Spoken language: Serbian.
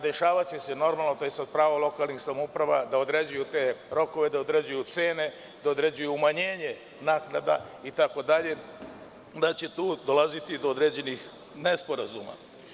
Dešavaće se i to je normalno a to je pravo lokalnih samouprava da određuju te rokove, da određuju cene, da uređuju umanjenje naknada itd. i da će tu dolaziti do određenih nesporazuma.